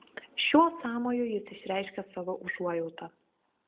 šiuo sąmoju jis išreiškė savo užuojautą